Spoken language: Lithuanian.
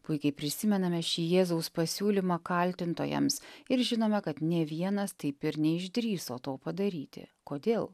puikiai prisimename šį jėzaus pasiūlymą kaltintojams ir žinome kad nė vienas taip ir neišdrįso to padaryti kodėl